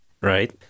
Right